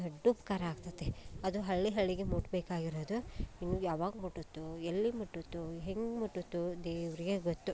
ದೊಡ್ಡ ಉಪಕಾರ ಆಗತೈತಿ ಅದು ಹಳ್ಳಿ ಹಳ್ಳಿಗೆ ಮುಟ್ಟಬೇಕಾಗಿರೋದು ಇನ್ನೂ ಯಾವಾಗ ಮುಟ್ಟುತ್ತೋ ಎಲ್ಲಿ ಮುಟ್ಟುತ್ತೋ ಹೆಂಗೆ ಮುಟ್ಟುತ್ತೋ ದೇವರಿಗೇ ಗೊತ್ತು